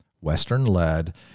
Western-led